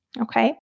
Okay